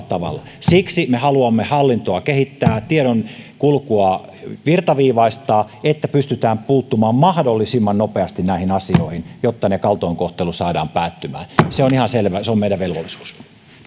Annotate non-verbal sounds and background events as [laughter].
[unintelligible] tavalla siksi me haluamme hallintoa kehittää tiedonkulkua virtaviivaistaa että pystytään puuttumaan mahdollisimman nopeasti näihin asioihin jotta kaltoinkohtelu saadaan päättymään se on ihan selvä ja se on meidän velvollisuutemme